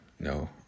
No